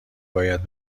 باید